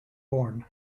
born